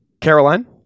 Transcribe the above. Caroline